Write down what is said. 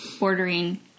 ordering